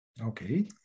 Okay